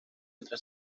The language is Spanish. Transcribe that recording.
otra